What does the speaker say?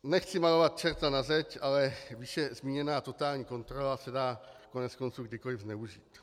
Nechci malovat čerta na zeď, ale výše zmíněná totální kontrola se dá koneckonců kdykoli zneužít.